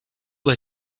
were